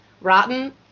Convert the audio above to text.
rotten